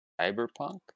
Cyberpunk